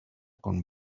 con